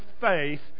faith